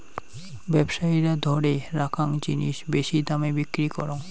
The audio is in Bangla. ব্যবসায়ীরা ধরে রাখ্যাং জিনিস বেশি দামে বিক্রি করং